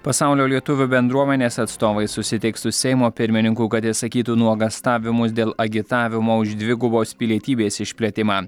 pasaulio lietuvių bendruomenės atstovai susitiks su seimo pirmininku kad išsakytų nuogąstavimus dėl agitavimo už dvigubos pilietybės išplėtimą